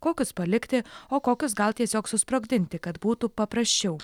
kokius palikti o kokius gal tiesiog susprogdinti kad būtų paprasčiau